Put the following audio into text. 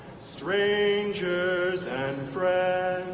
strangers and friends